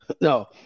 no